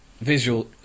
visual